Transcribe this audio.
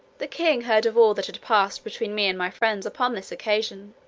the king heard of all that had passed between me and my friends upon this occasion,